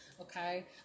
Okay